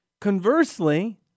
Conversely